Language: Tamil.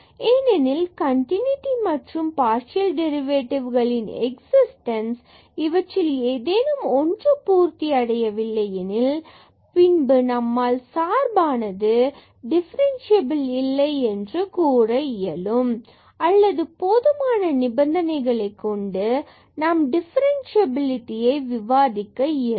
ஏனெனில் கண்டினூட்டி மற்றும் பார்சியல் டெரிவேட்டிவ்களின் எக்ஸிஸ்டன்ஸ் இவற்றில் ஏதேனும் ஒன்று பூர்த்தி அடையவில்லை எனில் பின்பு நம்மால் சார்பானது டிஃபரன்சியபில் இல்லை என்று கூற இயலும் அல்லது போதுமான நிபந்தனைகளை கொண்டு நாம் டிஃபரன்ஸ்சியபிலிடியை விவாதிக்க இயலும்